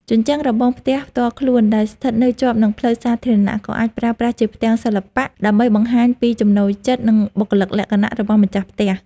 ជញ្ជាំងរបងផ្ទះផ្ទាល់ខ្លួនដែលស្ថិតនៅជាប់នឹងផ្លូវសាធារណៈ ក៏អាចប្រើប្រាស់ជាផ្ទាំងសិល្បៈដើម្បីបង្ហាញពីចំណូលចិត្ត និងបុគ្គលិកលក្ខណៈរបស់ម្ចាស់ផ្ទះ។